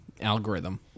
algorithm